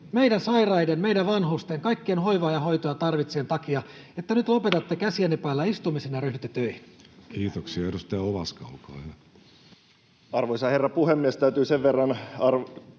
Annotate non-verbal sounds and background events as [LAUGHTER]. meidän sairaiden, meidän vanhusten ja kaikkien hoivaa ja hoitoa tarvitsevien takia, [NOISE] että nyt lopetatte käsienne päällä istumisen ja ryhdytte töihin. Kiitoksia. — Edustaja Ovaska, olkaa hyvä. Arvoisa herra puhemies! Täytyy sen verran